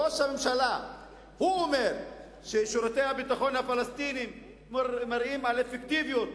ראש הממשלה אמר ששירותי הביטחון הפלסטיניים מראים אפקטיביות,